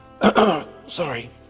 Sorry